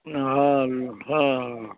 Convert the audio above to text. हाँ हाँ